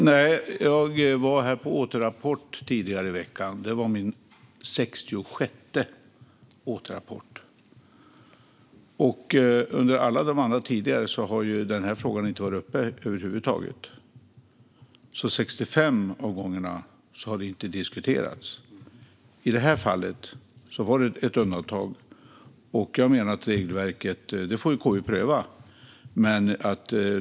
Herr talman! Nej. Jag var här på återrapport tidigare i veckan. Det var min 66:e återrapport. Under alla de andra tidigare har den här frågan inte varit uppe över huvud taget. 65 av gångerna har det inte diskuterats. I det här fallet var det ett undantag. Jag menar att KU får pröva regelverket.